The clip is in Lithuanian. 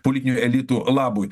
politinių elitų labui